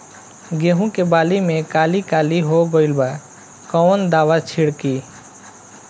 गेहूं के बाली में काली काली हो गइल बा कवन दावा छिड़कि?